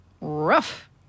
rough